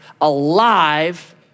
alive